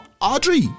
Audrey